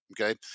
okay